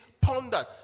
pondered